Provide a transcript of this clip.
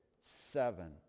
seven